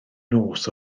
nos